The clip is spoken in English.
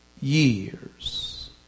years